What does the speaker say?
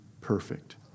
perfect